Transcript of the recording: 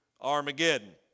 Armageddon